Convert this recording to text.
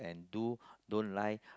and do don't lie